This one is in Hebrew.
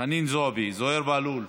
חנין זועבי, זוהיר בהלול,